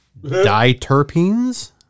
diterpenes